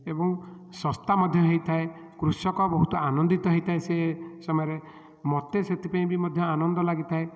ଏବଂ ଶସ୍ତା ମଧ୍ୟ ହୋଇଥାଏ କୃଷକ ବହୁତ ଆନନ୍ଦିତ ହୋଇଥାଏ ସେ ସମୟରେ ମୋତେ ସେଥିପାଇଁ ବି ମଧ୍ୟ ଆନନ୍ଦ ଲାଗିଥାଏ